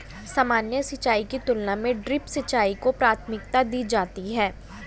सामान्य सिंचाई की तुलना में ड्रिप सिंचाई को प्राथमिकता दी जाती है